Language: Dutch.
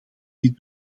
dit